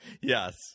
Yes